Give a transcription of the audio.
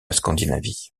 scandinavie